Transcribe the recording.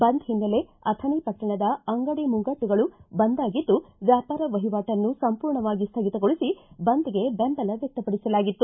ಬಂದ್ ಹಿನ್ನೆಲೆ ಅಥಣಿ ಪಟ್ಟಣದ ಅಂಗಡಿ ಮುಂಗಟ್ಟುಗಳು ಬಂದಾಗಿದ್ದು ವ್ಯಾಪಾರ ವಹಿವಾಟನ್ನು ಸಂಪೂರ್ಣವಾಗಿ ಸ್ವಗಿತಗೊಳಿಸಿ ಬಂದ್ಗೆ ಬೆಂಬಲ ವ್ಯಕ್ತಪಡಿಸಲಾಗಿತ್ತು